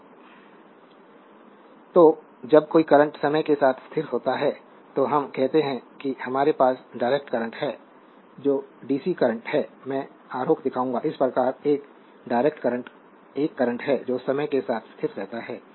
संदर्भ स्लाइड समय 2202 तो जब कोई करंट समय के साथ स्थिर होता है तो हम कहते हैं कि हमारे पास डायरेक्ट करंट है जो dc करंट है मैं आरेख दिखाऊंगा इस प्रकार एक डायरेक्ट करंट एक करंट है जो समय के साथ स्थिर रहता है